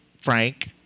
Frank